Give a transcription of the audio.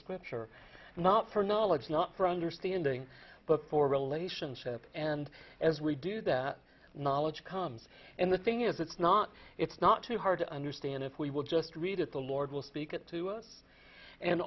scripture not for knowledge not for understanding but for relationship and as we do that knowledge comes in the thing is it's not it's not too hard to understand if we will just read it the lord will speak it to us and